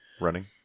running